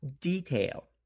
detail